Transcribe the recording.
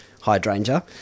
hydrangea